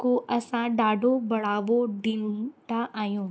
को असां ॾाढो बढ़ावो ॾींदा आहियूं